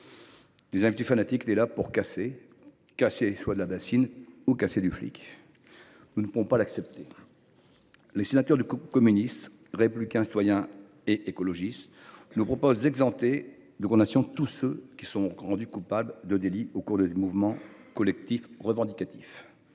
de cocktails Molotov, étaient là pour casser, que ce soit de la bassine ou du flic : nous ne pouvons pas l’accepter. Les sénateurs du groupe Communiste Républicain Citoyen et Écologiste – Kanaky nous proposent d’exempter de condamnations tous ceux qui se sont rendus coupables de délits au cours de mouvements collectifs revendicatifs.